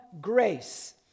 grace